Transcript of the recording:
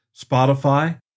Spotify